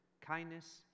kindness